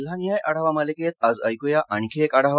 जिल्हानिहाय आढावा मालिकेत आज ऐकूया आणखी एक आढावा